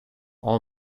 all